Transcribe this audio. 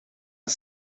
een